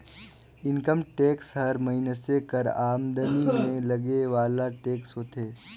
income tax हर मइनसे कर आमदनी में लगे वाला टेक्स होथे